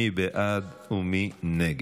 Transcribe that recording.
מי בעד ומי נגד?